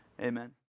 amen